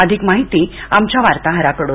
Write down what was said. अधिक माहिती आमच्या वार्ताहराकडून